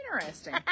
Interesting